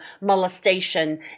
molestation